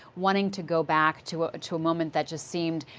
wanting to go back to ah to a moment that just seemed